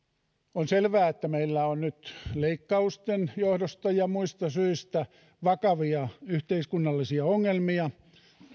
on selvää että meillä on nyt leikkausten johdosta ja muista syistä vakavia yhteiskunnallisia ongelmia